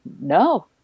no